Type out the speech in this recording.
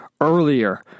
earlier